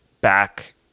back